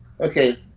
Okay